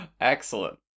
excellent